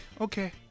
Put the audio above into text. okay